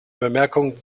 bemerkung